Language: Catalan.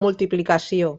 multiplicació